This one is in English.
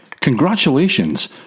Congratulations